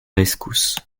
rescousse